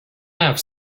have